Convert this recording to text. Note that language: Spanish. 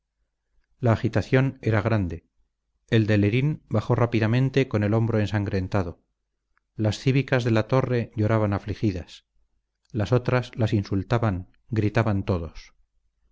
la agitación era grande el de lerín bajó rápidamente con el hombro ensangrentado las cívicas de la torre lloraban afligidas las otras las insultaban gritaban todos